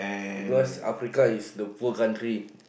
because Africa is the poor country